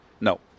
No